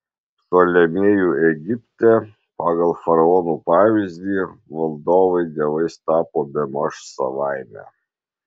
ptolemėjų egipte pagal faraonų pavyzdį valdovai dievais tapo bemaž savaime